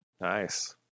Nice